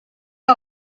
que